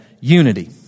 unity